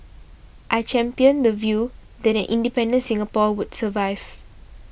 I championed the view that an independent Singapore would survive